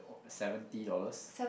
seventy dollars